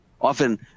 often